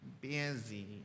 busy